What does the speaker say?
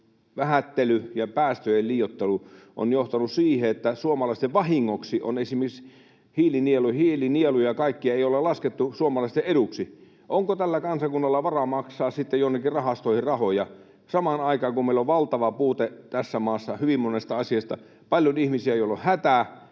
vähättely ja päästöjen liioittelu on johtanut siihen, että suomalaisten vahingoksi esimerkiksi kaikkia hiilinieluja ei olla laskettu suomalaisten eduksi. Onko tällä kansakunnalla varaa maksaa sitten jonnekin rahastoihin rahoja samaan aikaan, kun meillä on valtava puute tässä maassa hyvin monesta asiasta? Paljon on ihmisiä, joilla on hätä,